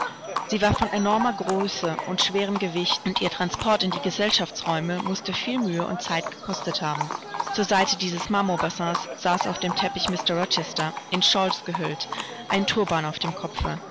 sie war von enormer größe und schwerem gewicht und ihr transport in die gesellschaftsräume mußte viel mühe und zeit gekostet haben zur seite dieses marmorbassins saß auf dem teppich mr rochester in shawls gehüllt einen turban auf dem kopfe